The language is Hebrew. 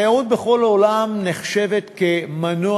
והעבירו אותו שיהיה של כולם.